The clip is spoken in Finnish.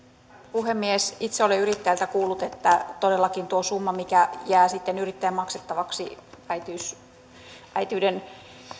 puhemies itse olen yrittäjiltä kuullut että todellakin tuo summa mikä jää sitten yrittäjän maksettavaksi äitiyden